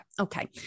Okay